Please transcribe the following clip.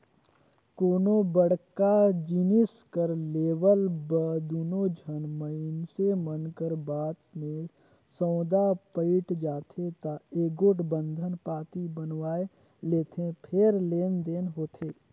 कोनो बड़का जिनिस कर लेवब म दूनो झन मइनसे मन कर बात में सउदा पइट जाथे ता एगोट बंधन पाती बनवाए लेथें फेर लेन देन होथे